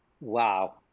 Wow